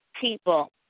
people